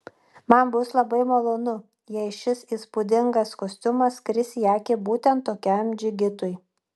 man bus labai malonu jei šis įspūdingas kostiumas kris į akį būtent tokiam džigitui